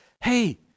hey